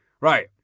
right